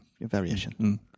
variation